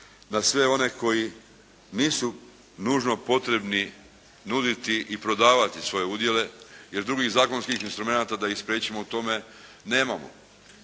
na sve one koji nisu nužno potrebni nuditi i prodavati svoje udjele, jer drugih zakonskih instrumenata da ih spriječimo u tome nemamo,